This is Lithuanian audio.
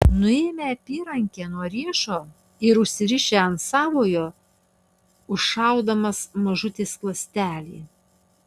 nuėmė apyrankę nuo riešo ir užsirišo ant savojo užšaudamas mažutį skląstelį